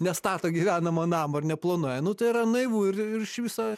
nestato gyvenamo namo ar neplanuoja nu tai yra naivu ir ir iš viso